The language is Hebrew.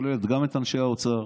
שכוללת גם את אנשי האוצר,